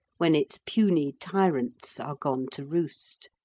when its puny tyrants are gone to roost.